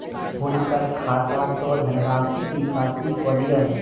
हुनकर खाता सॅ धनराशिक निकासी कय लिअ